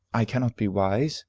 i cannot be wise,